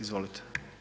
Izvolite.